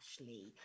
Ashley